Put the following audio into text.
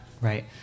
right